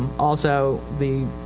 also the,